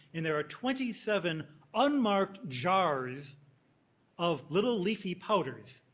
and there are twenty seven unmarked jars of little leafy powders.